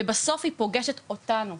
ובסוף היא פוגשת אותנו.